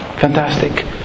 Fantastic